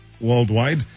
Worldwide